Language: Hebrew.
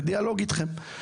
אנחנו בדיאלוג אתכם.